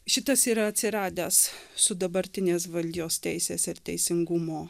šitas yra atsiradęs su dabartinės valdžios teisės ir teisingumo